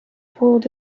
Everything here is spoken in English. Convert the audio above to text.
pulled